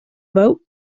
vote